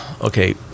okay